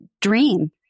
dream